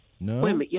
no